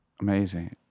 Amazing